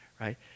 right